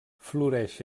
floreix